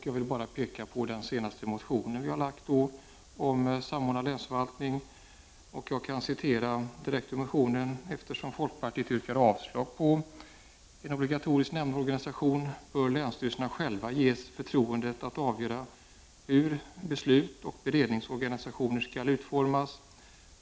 Jag kan bara peka på den senaste motion vi har väckt om samordnad länsförvaltning. Jag kan citera direkt ur den: ”Eftersom folkpartiet yrkar avslag på en obligatorisk nämndorganisation bör länsstyrelserna själva ges förtroendet att avgöra hur beslutsoch beredningsorganisationen skall utformas.